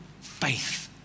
faith